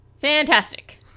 Fantastic